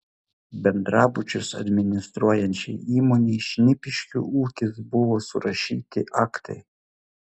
bendrabučius administruojančiai įmonei šnipiškių ūkis buvo surašyti aktai